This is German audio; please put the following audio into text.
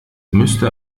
müsste